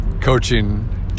coaching